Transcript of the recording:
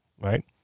Right